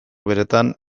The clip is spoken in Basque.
beretan